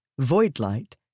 voidlight